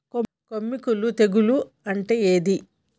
కొమ్మి కుల్లు తెగులు అంటే ఏంది?